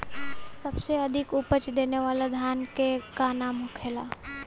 सबसे अधिक उपज देवे वाला धान के का नाम होखे ला?